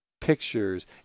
pictures